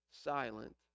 silent